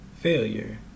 failure